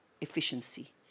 efficiency